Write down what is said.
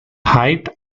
height